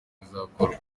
bizakorwa